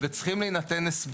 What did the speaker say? רוצה לבטל את החלק הזה?